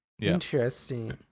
Interesting